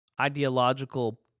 ideological